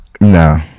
No